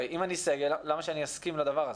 אם אני סגל, למה שאני אסכים לדבר הזה?